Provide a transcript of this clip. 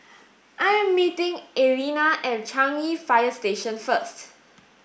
I am meeting Allena at Changi Fire Station first